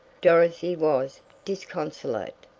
dorothy was disconsolate.